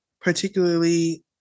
Particularly